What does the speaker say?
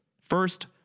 First